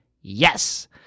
Yes